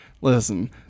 listen